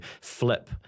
flip